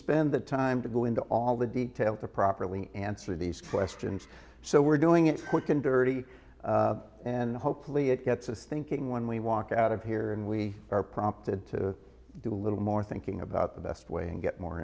spend the time to go into all the detail to properly answer these questions so we're doing it what can dirty and hopefully it gets us thinking when we walk out of here and we are prompted to do a little more thinking about the best way to get more